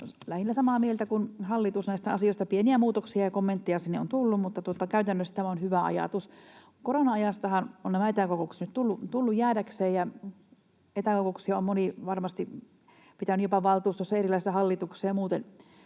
lähinnä samaa mieltä kuin hallitus. Pieniä muutoksia ja kommentteja sinne on tullut, mutta käytännössä tämä on hyvä ajatus. Korona-ajastahan ovat nämä etäkokoukset nyt tulleet jäädäkseen, ja etäkokouksia on moni varmasti pitänyt jopa valtuustoissa ja erilaisissa hallituksissa ja muuten